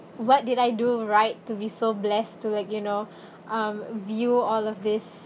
what did I do right to be so blessed to like you know um view all of this